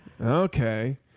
Okay